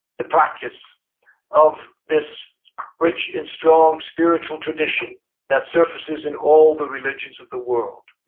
the practice of this rich and strong spiritual tradition that surfaces in all the religions of the world.